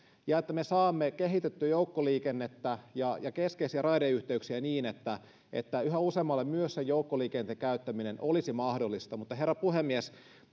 ja jotta me saamme kehitettyä joukkoliikennettä ja ja keskeisiä raideyhteyksiä niin että että yhä useammalle myös sen joukkoliikenteen käyttäminen olisi mahdollista herra puhemies